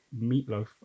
meatloaf